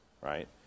right